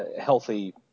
healthy